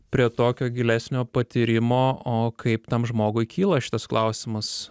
prie tokio gilesnio patyrimo o kaip tam žmogui kyla šitas klausimas